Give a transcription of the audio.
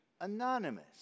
anonymous